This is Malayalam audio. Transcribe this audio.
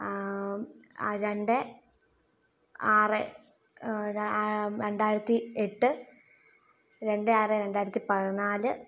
രണ്ട് ആറ് രണ്ടായിരത്തി എട്ട് രണ്ട് ആറ് രണ്ടായിരത്തി പതിനാല്